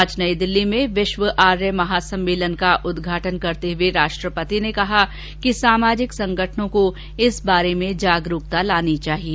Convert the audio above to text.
आज नई दिल्ली में विश्व आर्य महासम्मेलन का उद्घाटन करते हुए राष्ट्रपति ने कहा कि सामाजिक संगठनों को इस बारे में जागरूकता लानी चाहिए